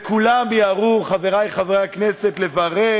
וכולם מיהרו, חברי חברי הכנסת, לברך